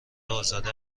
ازاده